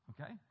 Okay